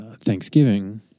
Thanksgiving